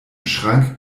schrank